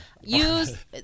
Use